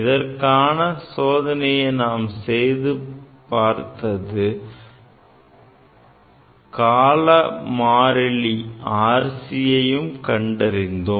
இதற்கான சோதனையை நாம் செய்து பார்த்து கால மாறிலி RCயை கண்டறிந்தோம்